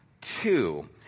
two